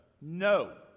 No